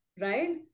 Right